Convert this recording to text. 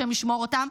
השם ישמור אותם,